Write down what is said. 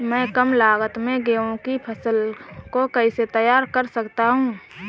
मैं कम लागत में गेहूँ की फसल को कैसे तैयार कर सकता हूँ?